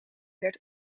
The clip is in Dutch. werd